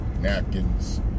napkins